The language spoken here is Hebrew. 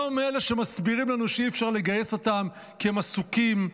לא מאלה שמסבירים לנו שאי-אפשר לגייס אותם כי הם עסוקים,